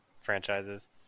franchises